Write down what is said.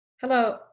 Hello